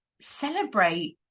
celebrate